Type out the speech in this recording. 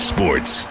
Sports